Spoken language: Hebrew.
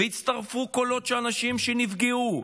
ויצטרפו קולות של אנשים שנפגעו,